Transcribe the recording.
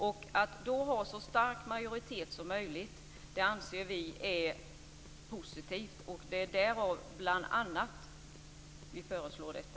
Att man då har en så stark majoritet som möjligt anser vi är positivt, och det är bl.a. därför som vi föreslår detta.